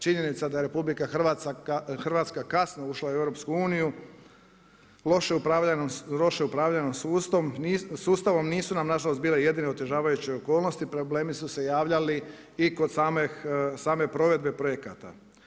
Činjenica da je RH kasno ušla u EU, loše upravljenom sustavom, nisu nam nažalost bile jedine otežavajuće okolnosti, problemi su se javljali i kod same provedbe projekata.